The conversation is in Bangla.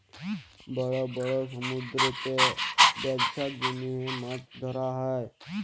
বড় বড় সমুদ্দুরেতে ব্যবছার জ্যনহে মাছ ধ্যরা হ্যয়